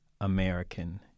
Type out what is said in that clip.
American